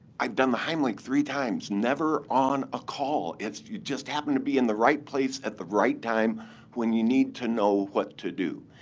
i've done the heimlich three times. never on a call. it's you just happen to be in the right place at the right time when you need to know what to do.